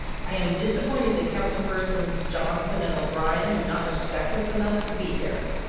i am disappointed that counsel persons johnson and o'brien do not respect us enough to be here,